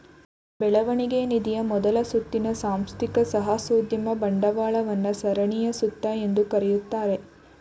ಬೆಳವಣಿಗೆ ನಿಧಿಯ ಮೊದಲ ಸುತ್ತಿನ ಸಾಂಸ್ಥಿಕ ಸಾಹಸೋದ್ಯಮ ಬಂಡವಾಳವನ್ನ ಸರಣಿ ಎ ಸುತ್ತು ಎಂದು ಕರೆಯುತ್ತಾರೆ